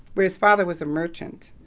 where his father was a merchant,